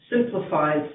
simplifies